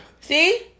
See